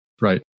Right